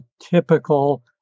typical